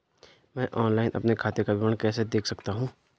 मैं ऑनलाइन अपने खाते का विवरण कैसे देख सकता हूँ?